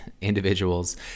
individuals